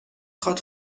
خواد